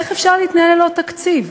איך אפשר להתנהל ללא תקציב?